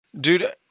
dude